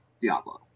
Diablo